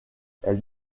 elle